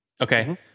Okay